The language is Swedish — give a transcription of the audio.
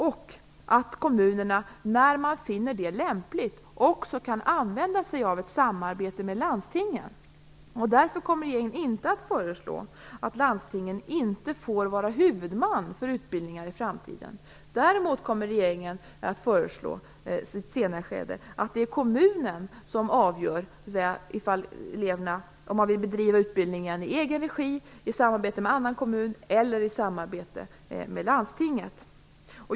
Det gäller också deras möjlighet att, när de finner det lämpligt, använda sig av ett samarbete med landstingen. Därför kommer regeringen inte att föreslå att landstingen inte skall få vara huvudman för utbildningar i framtiden. Däremot kommer regeringen i ett senare skede att föreslå att kommunen skall avgöra om man vill bedriva utbildningen i egen regi, i samarbete med annan kommun eller i samarbete med landstinget.